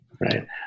Right